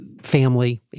family